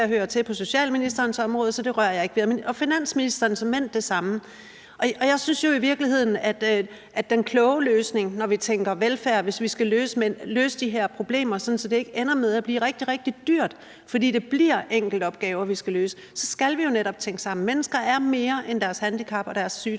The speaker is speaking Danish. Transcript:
her hører til på socialministerens område, så det rører jeg ikke ved. Og med finansministeren var det såmænd det samme. Jeg synes jo i virkeligheden, at den kloge løsning, når vi tænker velfærd, jo netop kræver, at vi tænker det sammen. Hvis vi skal løse de her problemer, sådan at det ikke ender med at blive rigtig, rigtig dyrt, fordi det bliver enkeltopgaver, vi skal løse, så skal vi jo netop tænke det sammen. Mennesker er mere end deres handicap og deres sygdom;